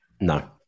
No